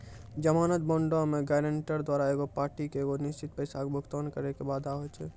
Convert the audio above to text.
जमानत बांडो मे गायरंटर द्वारा एगो पार्टी के एगो निश्चित पैसा के भुगतान करै के वादा होय छै